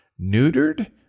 neutered